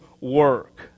work